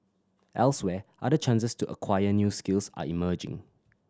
elsewhere other chances to acquire new skills are emerging